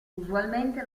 usualmente